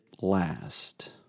last